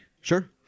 Sure